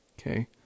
Okay